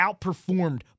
outperformed